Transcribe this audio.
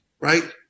right